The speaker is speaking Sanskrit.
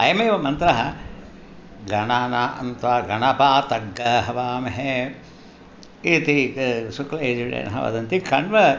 अयमेव मन्त्रः गणानां त्वा गणपातगग्गा हवामहे इति शुक्लयजुर्वेदिनः वदन्ति कण्व